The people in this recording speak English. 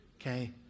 Okay